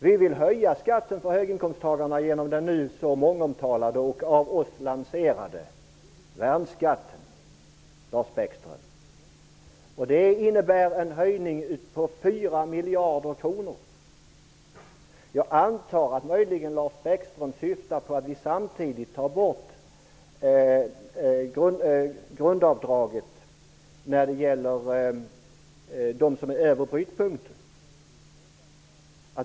Vi vill höja skatten för höginkomsttagarna genom den nu så mångomtalade och av oss lanserade värnskatten, miljarder kronor. Jag antar att Lars Bäckström möjligen syftar på att vi samtidigt vill ta bort grundavdraget för dem som befinner sig över brytpunkten.